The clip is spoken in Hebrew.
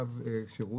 אם הגעתם להסכמות,